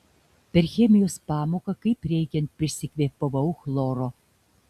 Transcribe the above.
per chemijos pamoką kaip reikiant prisikvėpavau chloro